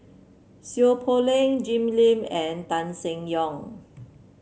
Seow Poh Leng Jim Lim and Tan Seng Yong